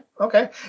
Okay